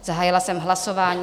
Zahájila jsem hlasování.